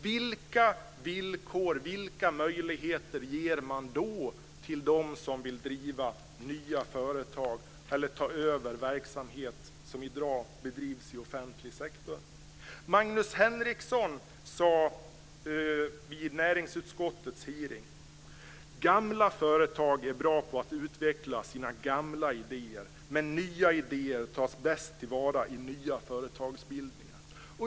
Vilka villkor och möjligheter ger man då till dem som vill driva nya företag eller ta över verksamhet som i dag bedrivs i offentlig sektor? Magnus Henriksson sade vid näringsutskottets hearing att gamla företag är bra på att utveckla sina gamla idéer, men nya idéer tas bäst till vara i nya företagsbildningar.